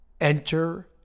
Enter